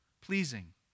pleasing